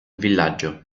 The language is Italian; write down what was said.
villaggio